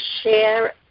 share